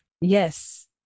Yes